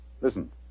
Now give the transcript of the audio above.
Listen